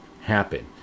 happen